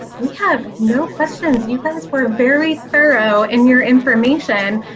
we have no questions you guys were very thorough in your information!